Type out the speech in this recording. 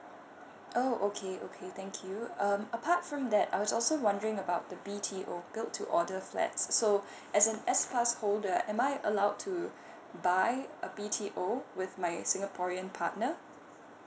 oh okay okay thank you um apart from that I was also wondering about the B_T_O build to order flat so as an S pass holder am I allowed to buy a B_T_O with my singaporean partner